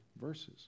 verses